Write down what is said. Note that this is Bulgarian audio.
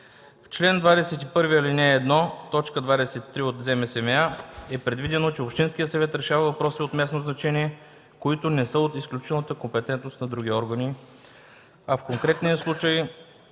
В чл. 21, ал. 1, т. 23 от ЗМСМА е предвидено, че общинският съвет решава въпроси от местно значение, които не са от изключителната компетентност на други органи, а в конкретния случай